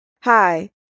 Hi